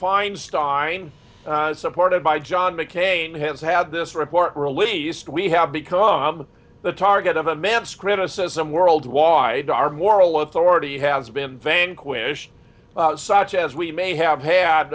feinstein supported by john mccain has had this report released we have become the target of a man's criticism worldwide our moral authority has been vanquished such as we may have had